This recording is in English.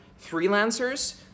freelancers